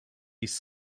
east